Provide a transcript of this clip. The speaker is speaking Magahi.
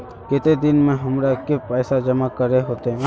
केते दिन में हमरा के पैसा जमा करे होते?